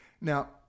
Now